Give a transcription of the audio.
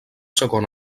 segon